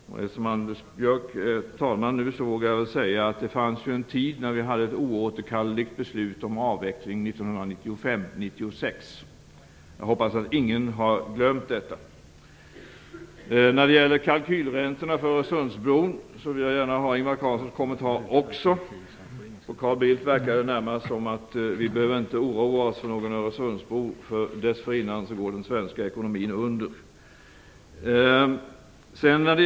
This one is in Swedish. Eftersom Anders Björck är talman nu vågar jag väl säga att det fanns en tid när vi hade ett oåterkalleligt beslut om avveckling 1995/96. Jag hoppas att ingen har glömt detta. När det gäller kalkylräntorna för Öresundsbron vill jag gärna också ha Ingvar Carlssons kommentar. På Carl Bildt verkar det närmast som om vi inte behöver oroa oss för någon Öresundsbro, för dessförinnan går den svenska ekonomin under.